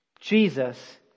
Jesus